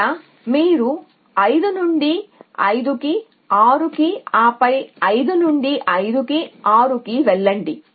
ఇక్కడ మీరు 5 నుండి 5 కి 6 కి ఆపై 5 నుండి 5 కి 6 కి వెళ్ళండి